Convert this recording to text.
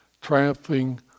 triumphing